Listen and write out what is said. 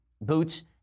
boots